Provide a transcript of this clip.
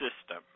system